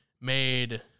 made –